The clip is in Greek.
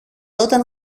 όταν